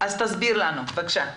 אז תסביר לנו בבקשה.